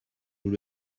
nous